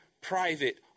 private